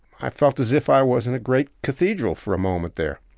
i felt as if i was in a great cathedral for a moment there.